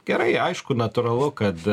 gerai aišku natūralu kad